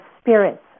spirits